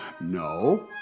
no